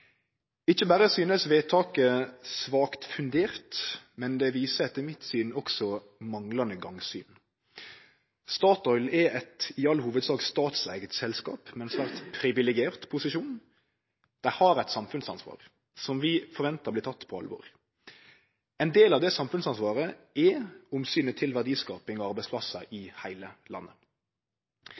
Ikkje berre synest vedtaket svakt fundert, men det viser etter mitt syn også at ein manglar gangsyn. Statoil er eit i all hovudsak statseigd selskap i ein nær sagt privilegert posisjon. Dei har eit samfunnsansvar som vi forventar blir tatt på alvor. Ein del av det samfunnsansvaret er omsynet til verdiskaping og arbeidsplassar i heile landet.